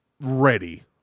ready